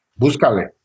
buscale